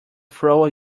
throw